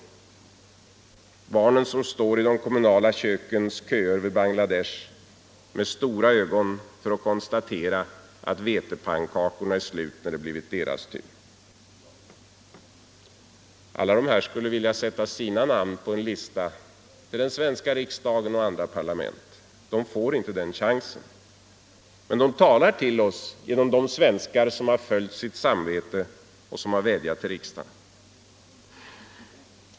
Det är barnen som står i kön till de kommunala köken i Bangladesh för att, med stora ögon, konstatera att vetepannkakorna är slut när det blivit deras tur. Alla skulle de vilja sätta sitt namn på en lista till den svenska riksdagen och andra parlament. De får inte den chansen. Men de talar till oss genom de svenskar som har följt sitt samvete och som har vädjat till riksdagen.